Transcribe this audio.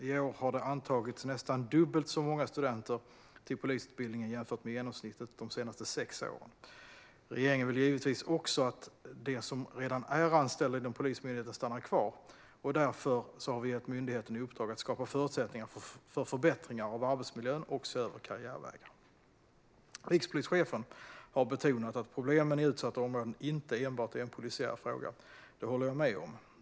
I år har det antagits nästan dubbelt så många studenter till polisutbildningen jämfört med genomsnittet de senaste sex åren. Regeringen vill givetvis också att de som redan är anställda inom Polismyndigheten stannar kvar. Därför har regeringen gett myndigheten i uppdrag att skapa förutsättningar för förbättringar av arbetsmiljön och se över karriärvägar. Rikspolischefen har betonat att problemen i utsatta områden inte enbart är en polisiär fråga. Det håller jag med om.